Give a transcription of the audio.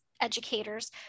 educators